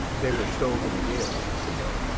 they were stove in the gales, senor.